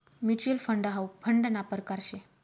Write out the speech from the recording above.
mutual fund हाउ फंडना परकार शे